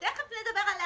תיכף נדבר על הכנסה.